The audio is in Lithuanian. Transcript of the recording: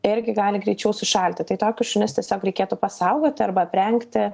irgi gali greičiau sušalti tai tokius šunis tiesiog reikėtų pasaugoti arba aprengti